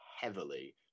heavily